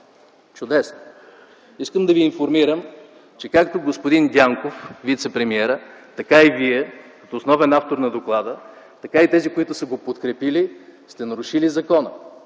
Чудесно! Искам да Ви информирам, че както господин Дянков – вицепремиерът, така и Вие като основен автор на доклада, така и тези, които сте го подкрепили, сте нарушили закона